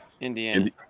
Indiana